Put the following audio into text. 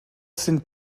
sin